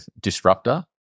disruptor